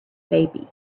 baby